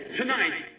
tonight